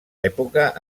època